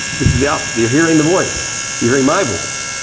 this is the, ah you're hearing the voice. you're hearing my voice.